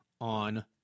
on